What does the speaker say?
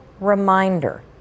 reminder